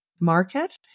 market